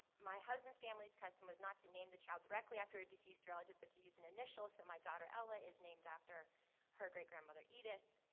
my husband's family's custom was not to name the child directly after a deceased relative, but to use an initial, so my daughter ella is named after her great grandmother edith.